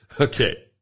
Okay